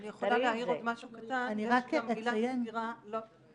אני יכולה להעיר עוד משהו קטן יש גם עילת סגירה שנקראת